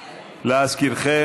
להזכירכם,